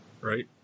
right